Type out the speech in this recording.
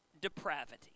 depravity